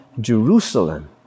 Jerusalem